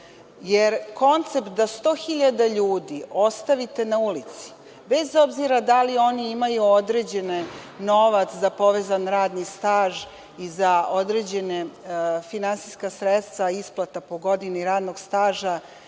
Jer, koncept da 100.000 ljudi ostavite na ulici, bez obzira da li oni imaju određeni novac za povezan radni staž i za određena finansijska sredstva, isplata po godini radnog staža,